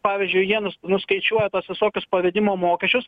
pavyzdžiui jie nu nuskaičiuoja tuos visokius pavedimo mokesčius